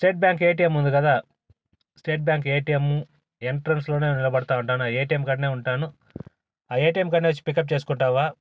state bank ATM ఉంది కదా state bank ATM entrance లోనే నిలబడతాను ఆ గేట్ కాడే ఉంటాను ఆ ఏటీఎం కాడికి వచ్చి పికప్ చేసుకుంటావా